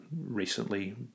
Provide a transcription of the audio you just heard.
recently